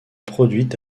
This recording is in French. produite